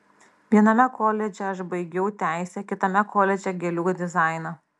viename koledže aš baigiau teisę kitame koledže gėlių dizainą